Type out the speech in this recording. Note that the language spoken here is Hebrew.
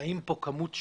חיים פה כמות שנים,